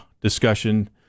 discussion